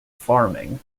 farming